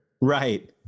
Right